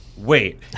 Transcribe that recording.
Wait